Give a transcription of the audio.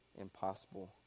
impossible